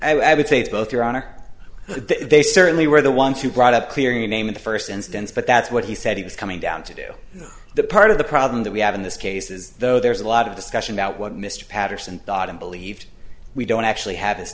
i would say it's both your honor they certainly were the ones who brought up clearing a name in the first instance but that's what he said he was coming down to do you know the part of the problem that we have in this case is though there's a lot of discussion about what mr patterson thought and believed we don't actually have his